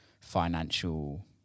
financial